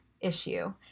issue